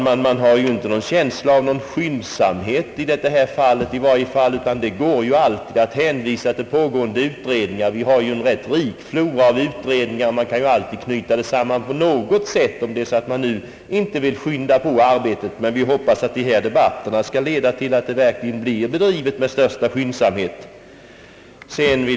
Man får, herr talman, inte någon känsla av skyndsamhet i detta fall. Vi har en rik flora av utredningar, och det går alltid att hänvisa till pågående utredningar, om man inte vill skynda på arbetet. Vi hoppas dock, att dessa debatter skall leda till att arbetet verkligen blir bedrivet med största skyndsamhet.